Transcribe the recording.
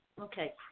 Okay